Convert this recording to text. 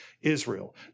Israel